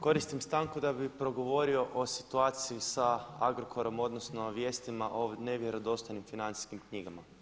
Koristim stanku da bi progovorio o situaciji sa Agrokorom odnosno o vijestima o nevjerodostojnim financijskim knjigama.